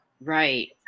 Right